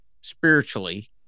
spiritually